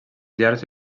llars